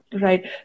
Right